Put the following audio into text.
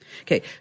Okay